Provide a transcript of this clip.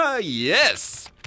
Yes